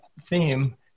theme